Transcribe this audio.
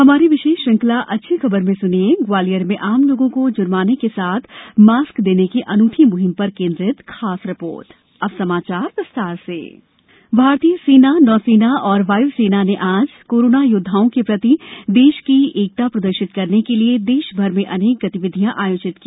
हमारी विशेष श्रंखला अच्छी खबर में स्निए ग्वालियर में आम लोगों को ज्माने के साथ मास्क देने की अनूठी म्हिम पर केन्द्रित खास रिपोर्ट सेना प्रदर्शन भारतीय सेना नौसेना और वाय्सेना ने आज कोरोना योद्धाओं के प्रति देश की एकता प्रदर्शित करने के लिए देशभर में अनेक गतिविधियां आयोजित की